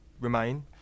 remain